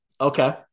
Okay